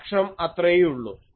അക്ഷം അത്രേയുള്ളൂ